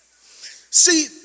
See